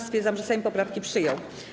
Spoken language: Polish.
Stwierdzam, że Sejm poprawki przyjął.